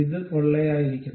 ഇത് പൊള്ളയായിരിക്കണം